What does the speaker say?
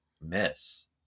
miss